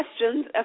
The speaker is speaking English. questions